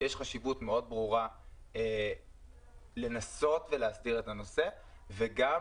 יש חשיבות מאוד ברורה לנסות להסדיר את הנושא וגם